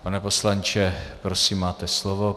Pane poslanče, prosím, máte slovo.